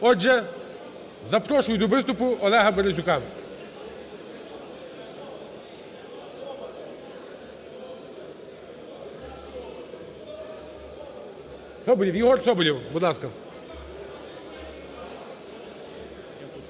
Отже, запрошую до виступу Олега Березюка. Єгор Соболєв, будь ласка.